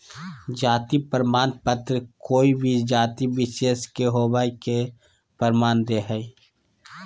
जाति प्रमाण पत्र कोय भी जाति विशेष के होवय के प्रमाण दे हइ